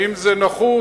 האם זה נחוץ?